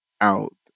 out